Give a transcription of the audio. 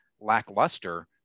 lackluster